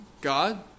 God